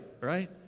right